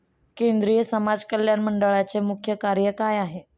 केंद्रिय समाज कल्याण मंडळाचे मुख्य कार्य काय आहे?